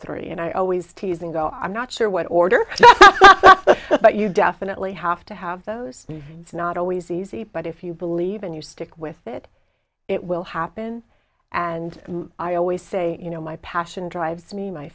three and i always teasing though i'm not sure what order but you definitely have to have those it's not always easy but if you believe and you stick with it it will happen and i always say you know my passion drives me my